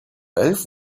elf